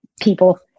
people